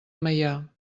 meià